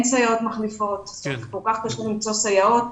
סייעות מחליפות כי כל כך קשה למצוא סייעות,